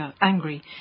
angry